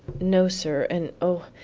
no, sir, and o,